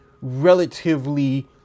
relatively